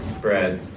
Brad